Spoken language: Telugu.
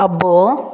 అబ్బో